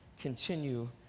continue